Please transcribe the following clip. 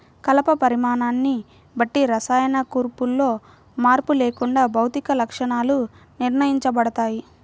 కలప పరిమాణాన్ని బట్టి రసాయన కూర్పులో మార్పు లేకుండా భౌతిక లక్షణాలు నిర్ణయించబడతాయి